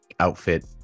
outfit